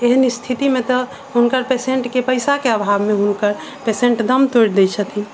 एहन स्थितिमे तऽ हुनकर पेशेन्टके पैसाके अभावमे हुनकर पेशेन्ट दम तोड़ि दै छथिन